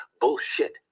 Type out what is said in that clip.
bullshit